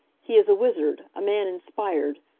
he is a wizard, a man inspired.